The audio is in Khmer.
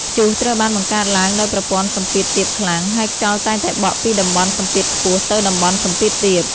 ព្យុះត្រូវបានបង្កើតឡើងដោយប្រព័ន្ធសម្ពាធទាបខ្លាំង ហើយខ្យល់តែងតែបក់ពីតំបន់សម្ពាធខ្ពស់ទៅតំបន់សម្ពាធទាប។